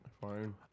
Fine